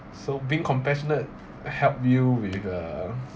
so being compassionate help you with err